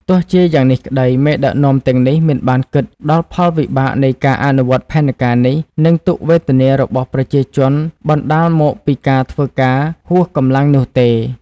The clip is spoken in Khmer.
ទោះជាយ៉ាងនេះក្តី មេដឹកនាំទាំងនេះមិនបានគិត ដល់ផលវិបាកនៃការអនុវត្តផែនការនេះ និងទុក្ខវេទនារបស់ប្រជាជនបណ្តាលមកពីការធ្វើការហួសកម្លាំងនោះទេ។